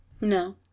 No